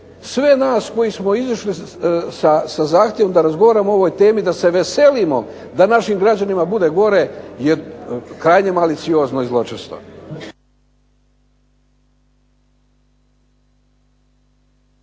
sve nas koji smo izašli sa zahtjevom da razgovaramo o ovoj temi, da se veselimo da našim građanima bude gore je krajnje maliciozno i zločesto.